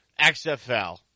XFL